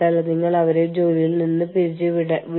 അതിനാൽ ഈ ആളുകൾക്ക് ഓൺലൈനിൽ ഒത്തുചേരാം